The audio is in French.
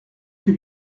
que